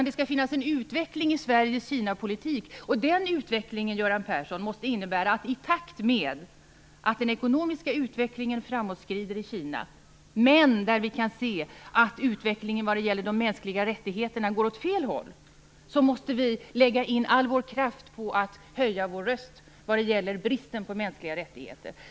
Det skall finnas en utveckling i Sveriges Kinapolitik, och den utvecklingen, Göran Persson, måste innebära att vi, i takt med att den ekonomiska utvecklingen i Kina framåtskrider - men där vi kan se att utvecklingen vad gäller de mänskliga rättigheterna går åt fel håll - måste lägga all vår kraft på att höja vår röst vad gäller bristen på mänskliga rättigheter.